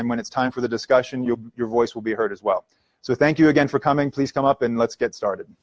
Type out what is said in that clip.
and when it's time for the discussion you your voice will be heard as well so thank you again for coming please come up and let's get started